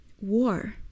war